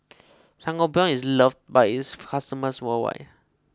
Sangobion is loved by its customers worldwide